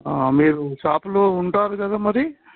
మీరు షాపులో ఉంటారు కదా మరి